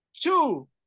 two